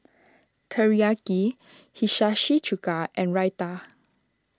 Teriyaki Chuka and Raita